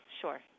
sure